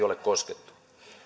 ole koskettu